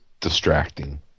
distracting